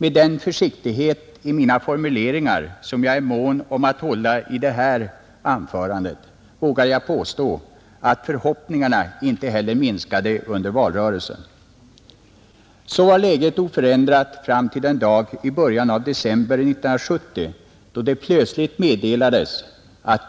Med den försiktighet i mina formuleringar som jag är mån om att hålla i det här anförandet vågar jag påstå att förhoppningarna inte heller minskade under valrörelsen. Så var läget oförändrat fram till den dag i början av december 1970, då det plötsligt meddelades att